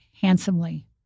handsomely